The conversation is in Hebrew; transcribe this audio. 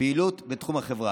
ופעילות בתחום החברה.